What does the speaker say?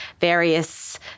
various